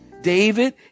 David